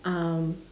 um